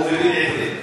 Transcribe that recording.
הוא מבין עברית.